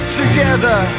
together